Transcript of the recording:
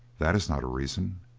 that is not a reason,